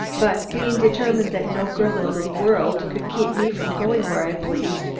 but being determined that no girl in the world could keep me from going where i pleased,